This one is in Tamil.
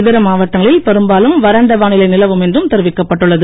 இதர மாவட்டங்களில் பெரும்பாலும் வறண்ட வானிலை நிலவும் என்றும் தெரிவிக்கப் பட்டுள்ளது